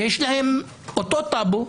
שיש להן אותו טאבו,